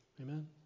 Amen